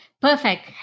perfect